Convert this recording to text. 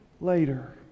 later